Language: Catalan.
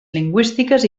lingüístiques